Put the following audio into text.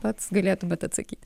pats galėtumėt atsakyt